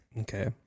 Okay